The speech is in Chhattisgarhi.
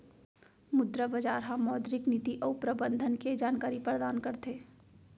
मुद्रा बजार ह मौद्रिक नीति अउ प्रबंधन के जानकारी परदान करथे